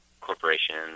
corporations